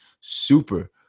super